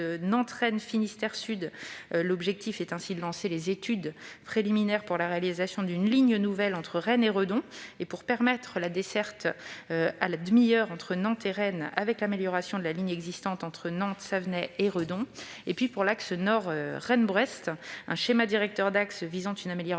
Nantes-Rennes-Finistère sud, l'objectif est de lancer les études préliminaires pour la réalisation d'une ligne nouvelle entre Rennes et Redon et permettre la desserte à la demi-heure entre Nantes et Rennes avec l'amélioration de la ligne existante entre Nantes, Savenay et Redon. Pour l'axe nord Rennes-Brest, un schéma directeur d'axe visant une amélioration